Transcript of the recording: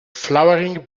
flowering